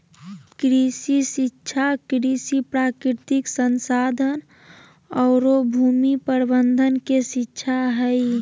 कृषि शिक्षा कृषि, प्राकृतिक संसाधन औरो भूमि प्रबंधन के शिक्षा हइ